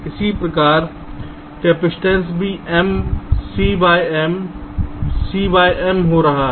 इसी प्रकार कैपेसिटेंस भी M Cबाय M C से कम हो रहा है